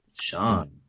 sean